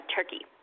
Turkey